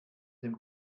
dem